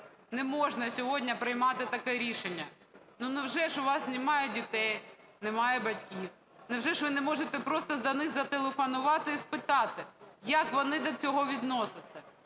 не можна сьогодні приймати таке рішення. Невже у вас немає дітей, немає батьків, невже ж ви не можете просто до них зателефонувати і спитати, як вони до цього відносяться?